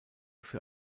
für